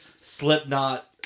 Slipknot